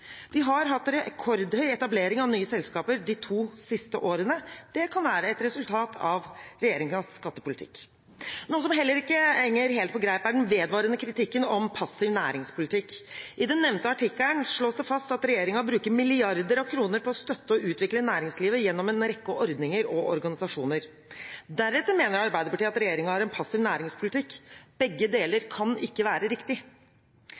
Vi har hatt rekordhøy etablering av nye selskaper de to siste årene. Det kan være et resultat av regjeringens skattepolitikk. Noe som heller ikke henger helt på greip, er den vedvarende kritikken om passiv næringspolitikk. I den nevnte artikkelen slås det fast at regjeringen bruker milliarder av kroner på å støtte og utvikle næringslivet gjennom en rekke ordninger og organisasjoner. Deretter mener Arbeiderpartiet at regjeringen har en passiv næringspolitikk. Begge deler kan ikke være riktig.